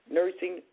nursing